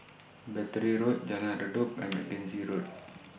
Battery Road Jalan Redop and Mackenzie Road